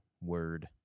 word